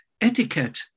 etiquette